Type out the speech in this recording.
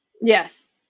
Yes